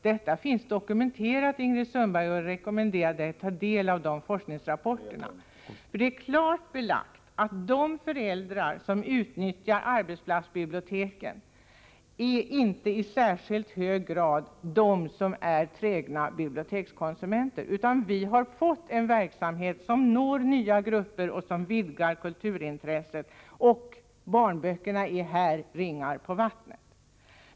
Detta finns dokumenterat, och jag rekommenderar Ingrid Sundberg att ta del av de forskningsrapporterna. Det är klart belagt, att de föräldrar som utnyttjar arbetsplatsbiblioteken inte i särskilt hög grad är de som är trägna biblioteksbesökare, utan vi har fått en verksamhet som når nya grupper och som vidgar kulturintresset, och barnböckerna är här ringar på vattnet.